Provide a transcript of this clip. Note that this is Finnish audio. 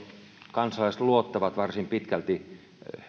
kansalaiset luottavat varsin pitkälti